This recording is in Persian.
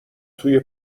توی